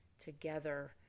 together